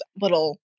little